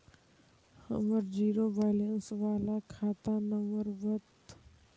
हमर zero balance बाला खाता नम्बर बत?